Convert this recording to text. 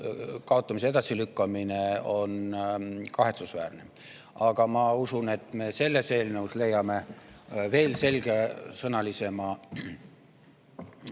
kaotamise edasilükkamine on kahetsusväärne. Aga ma usun, et me jõuame selle eelnõu puhul veel selgesõnalisemale